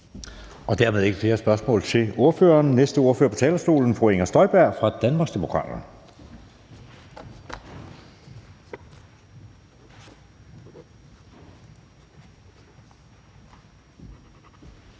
er der ikke flere spørgsmål til ordføreren. Næste ordfører på talerstolen er fru Inger Støjberg fra Danmarksdemokraterne.